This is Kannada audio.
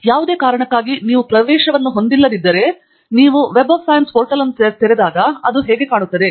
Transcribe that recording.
ಯಾವುದೇ ಕಾರಣಕ್ಕಾಗಿ ನೀವು ಪ್ರವೇಶವನ್ನು ಹೊಂದಿಲ್ಲದಿದ್ದರೆ ನೀವು ವೆಬ್ ಸೈನ್ಸ್ ಪೋರ್ಟಲ್ ಅನ್ನು ತೆರೆದಾಗ ಅದು ಹೇಗೆ ಕಾಣುತ್ತದೆ